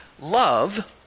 Love